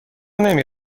نمی